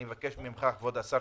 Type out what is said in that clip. כבוד השר,